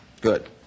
Good